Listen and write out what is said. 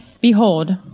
Behold